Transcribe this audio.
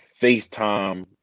FaceTime